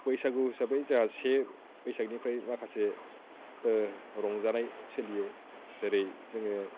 बैसागु हिसाबै जाहा से बैसागनिफ्राय माखासे रंजानाय सोलियो जेरै जोङो